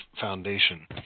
foundation